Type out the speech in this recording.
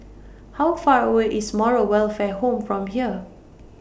How Far away IS Moral Welfare Home from here